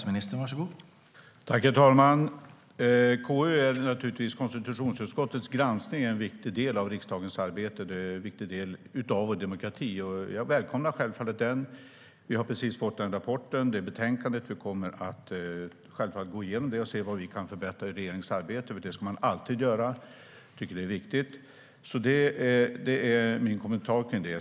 Herr talman! Konstitutionsutskottets granskning är naturligtvis en viktig del av riksdagens arbete och en viktig del av vår demokrati. Jag välkomnar den. Vi har precis fått det betänkandet och kommer självfallet att gå igenom det och se vad vi kan förbättra i regeringens arbete. Det ska man alltid göra. Jag tycker att det är viktigt. Det är min kommentar kring det.